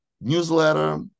newsletter